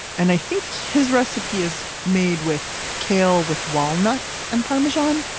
and i think his recipe is made with kale with walnuts and parmesan,